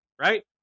right